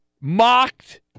mocked